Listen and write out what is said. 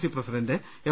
C president M